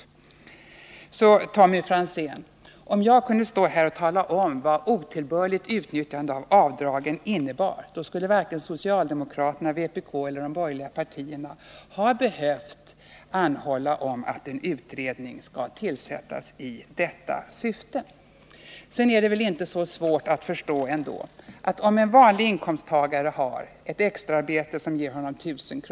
Om det, Tommy Franzén, stod helt klart vad som utgör ett otillbörligt utnyttjande av avdragen, då skulle varken socialdemokraterna, vpk eller de borgerliga partierna ha behövt anhålla om att en utredning skall tillsättas för att ta reda på det. Sedan är det väl inte så svårt att förstå att den vanlige inkomsttagaren som gör ett extraarbete för 1000 kr.